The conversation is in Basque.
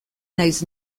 naiz